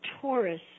Taurus